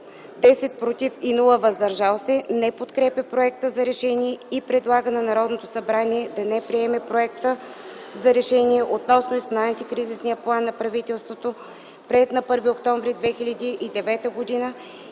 10 - „против” и без „въздържали се”, не подкрепя Проекта за решение и предлага на Народното събрание да не приеме Проекта за решение относно изпълнението на Антикризисния план на правителството, приет на 1 октомври 2009 г.